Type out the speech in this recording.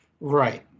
Right